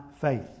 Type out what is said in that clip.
faith